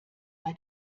bei